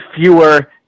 fewer